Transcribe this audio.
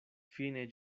fine